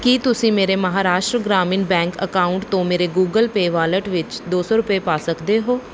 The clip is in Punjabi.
ਕੀ ਤੁਸੀਂ ਮੇਰੇ ਮਹਾਰਾਸ਼ਟਰ ਗ੍ਰਾਮੀਣ ਬੈਂਕ ਅਕਾਊਂਟ ਤੋਂ ਮੇਰੇ ਗੂਗਲ ਪੇ ਵਾਲਟ ਵਿੱਚ ਦੋ ਸੌ ਰੁਪਏ ਪਾ ਸਕਦੇ ਹੋ